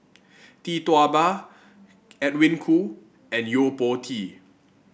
Tee Tua Ba Edwin Koo and Yo Po Tee